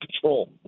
control